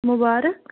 مُبارَکھ